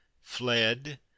fled